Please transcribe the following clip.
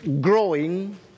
growing